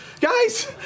Guys